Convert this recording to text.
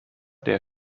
der